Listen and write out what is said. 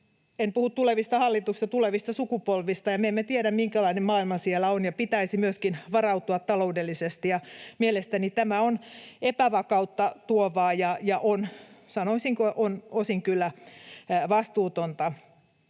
en puhu tulevista hallituksista vaan tulevista sukupolvista. Me emme tiedä, minkälainen maailma siellä on, ja pitäisi myöskin varautua taloudellisesti. Mielestäni tämä on epävakautta tuovaa ja, sanoisinko,